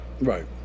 right